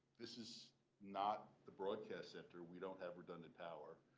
this is not the broadcast center. we don't have redundant power.